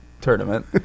tournament